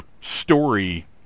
story